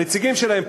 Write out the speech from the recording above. הנציגים שלהן,